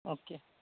okay